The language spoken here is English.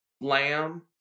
lamb